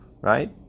right